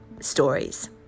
stories